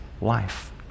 life